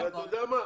ואתה יודע מה?